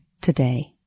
today